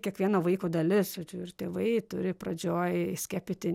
kiekvieno vaiko dalis jau čia ir tėvai turi pradžioj skiepyti